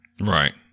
Right